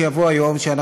בכלל לעלות הנה,